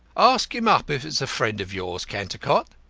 ask him up if it's a friend of yours, cantercot,